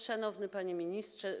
Szanowny Panie Ministrze!